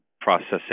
processing